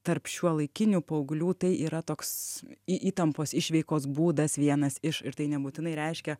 tarp šiuolaikinių paauglių tai yra toks įtampos išveikos būdas vienas iš ir tai nebūtinai reiškia